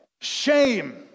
Shame